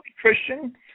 Christian